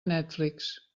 netflix